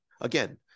again